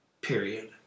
Period